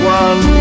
one